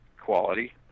quality